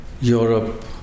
Europe